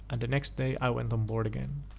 and the next day i went on board again.